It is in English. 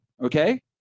okay